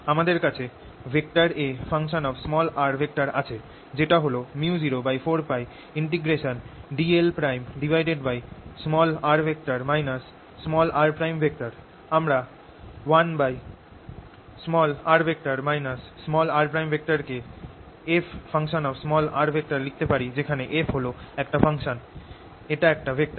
আমাদের কাছে A আছে যেটা হল µ04πdlr r আমরা 1r r কে f লিখতে পারি যেখানে f হল একটা ফাঙ্কশন এটা একটা ভেক্টর